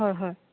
হয় হয়